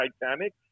Titanic